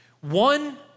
One